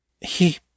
He